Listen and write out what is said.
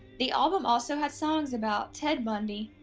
the album also had songs about ted bundy,